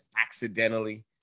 accidentally